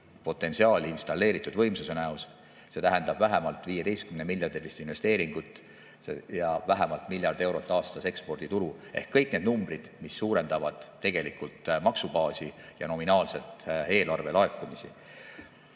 potentsiaali installeeritud võimsuse näol, see tähendab vähemalt 15‑miljonilist investeeringut ja vähemalt miljard eurot aastas eksporditulu. Kõik need numbrid suurendavad tegelikult maksubaasi ja nominaalset eelarve laekumist.